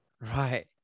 Right